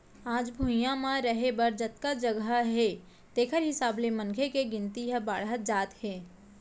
आज भुइंया म रहें बर जतका जघा हे तेखर हिसाब ले मनखे के गिनती ह बाड़हत जात हे